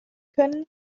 können